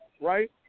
right